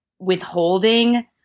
withholding